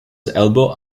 elbow